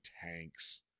tanks